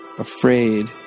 Afraid